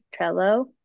Trello